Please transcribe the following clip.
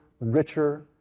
richer